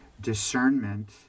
discernment